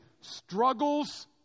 Struggles